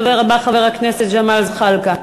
הדובר הבא, חבר הכנסת ג'מאל זחאלקה.